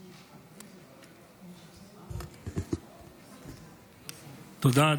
תודה.